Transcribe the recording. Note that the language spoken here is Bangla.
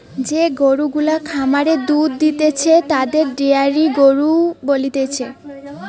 যে গরু গুলা খামারে দুধ দিতেছে তাদের ডেয়ারি গরু বলতিছে